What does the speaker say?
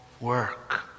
work